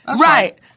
Right